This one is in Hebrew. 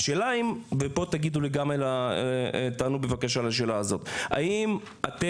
השאלה האם ופה תענו בבקשה לשאלה הזו אתם